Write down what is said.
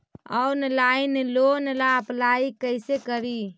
Online loan ला apply कैसे करी?